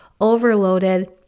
overloaded